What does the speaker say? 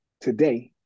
today